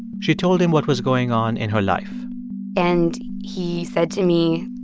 she told him what was going on in her life and he said to me,